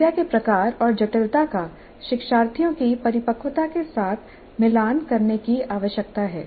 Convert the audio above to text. समस्या के प्रकार और जटिलता का शिक्षार्थियों की परिपक्वता के साथ मिलान करने की आवश्यकता है